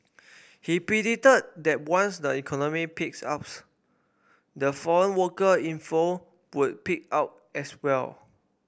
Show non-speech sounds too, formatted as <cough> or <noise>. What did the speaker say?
he predicted that once the economy picks up <unintelligible> the foreign worker inflow would pick out as well